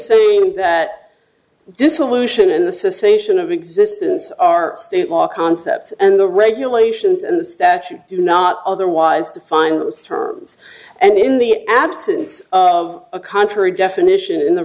saying that dissolution in the secession of existence are state law concepts and the regulations and the statute do not otherwise to find those terms and in the absence of a contrary definition in the